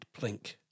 plink